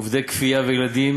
עובדי כפייה וילדים